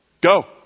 go